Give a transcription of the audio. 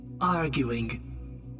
arguing